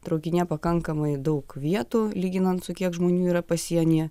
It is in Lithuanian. traukinyje pakankamai daug vietų lyginant su kiek žmonių yra pasienyje